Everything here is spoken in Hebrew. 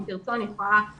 אם תרצו, אני יכולה לשלוח לכם.